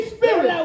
Spirit